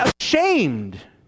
ashamed